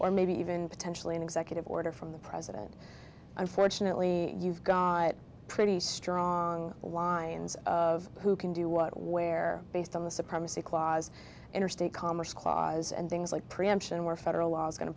or maybe even potentially an executive order from the president unfortunately you've got pretty strong lines of who can do what where based on the supremacy clause interstate commerce clause and things like preemption where federal law is go